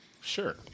Sure